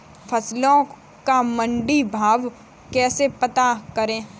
फसलों का मंडी भाव कैसे पता करें?